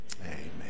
Amen